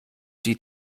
die